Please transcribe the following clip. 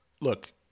look